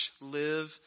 live